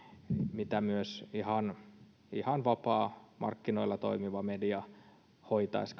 mitä myös ihan vapaamarkkinoilla toimiva media hoitaisi